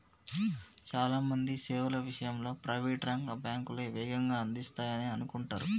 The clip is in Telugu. చాలా మంది సేవల విషయంలో ప్రైవేట్ రంగ బ్యాంకులే వేగంగా అందిస్తాయనే అనుకుంటరు